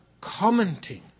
commenting